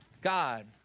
God